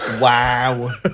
Wow